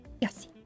Yes